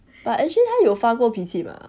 but actually 他有发过脾气 mah